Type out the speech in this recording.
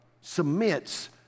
submits